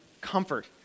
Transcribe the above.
comfort